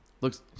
Looks